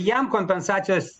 jam kompensacijos